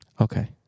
Okay